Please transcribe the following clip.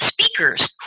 speakers